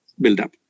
buildup